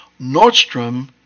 Nordstrom